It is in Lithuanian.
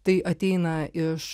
tai ateina iš